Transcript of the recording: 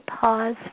pause